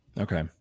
Okay